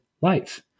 life